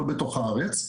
ולא בתוך הארץ,